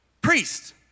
priest